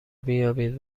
بیابید